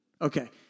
Okay